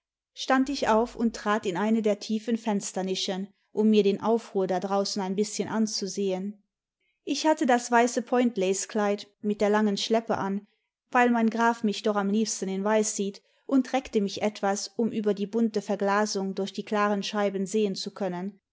stand ich auf und trat in eine der tiefen fensternischen um mir den aufruhr da draußen ein bißchen anzusehen ich hatte das weiße pointlacekleid mit der langen schleppe an weil mein graf mich doch am liebsten in weiß sieht und reckte mich etwas um über die bunte verglasung durch die klaren scheiben sehen zu können